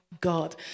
God